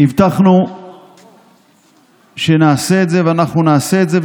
הבטחנו שנעשה את זה, ואנחנו נעשה את זה.